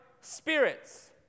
spirits